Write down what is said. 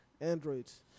Androids